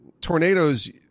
tornadoes –